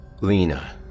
Lena